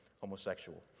homosexual